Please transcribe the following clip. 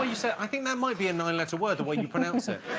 ah you said i think there might be a nine-letter word the way you pronounce it